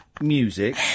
music